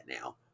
now